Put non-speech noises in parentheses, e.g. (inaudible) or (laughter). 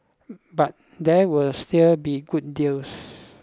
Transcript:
(hesitation) but there will still be good deals